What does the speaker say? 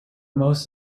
most